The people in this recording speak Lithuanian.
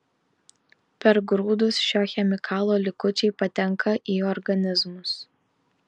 per grūdus šio chemikalo likučiai patenka į organizmus